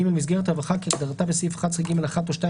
מסגרת רווחה כהגדרתה בסעיף 11(ג)(1) או (2)